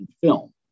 film